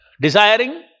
desiring